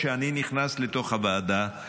כשאני נכנס לתוך הוועדה,